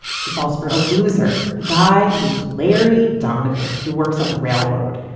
she falls for a loser guy named larry donovan, who works on the railroad.